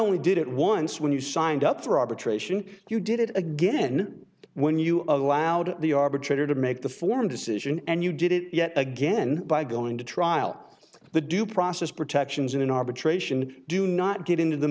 only did it once when you signed up for arbitration you did it again when you of the lad the arbitrator to make the form decision and you did it yet again by going to trial the due process protections in an arbitration do not get into the